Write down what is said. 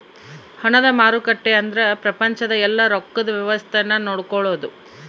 ಹಣದ ಮಾರುಕಟ್ಟೆ ಅಂದ್ರ ಪ್ರಪಂಚದ ಯೆಲ್ಲ ರೊಕ್ಕದ್ ವ್ಯವಸ್ತೆ ನ ನೋಡ್ಕೊಳೋದು